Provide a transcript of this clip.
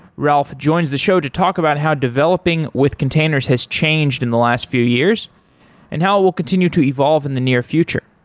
ralph joins the show to talk about how developing with containers has changed in the last few years and how it will continue to evolve in the near future.